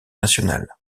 nationale